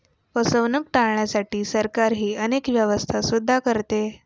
फसवणूक टाळण्यासाठी सरकारही अनेक व्यवस्था सुद्धा करते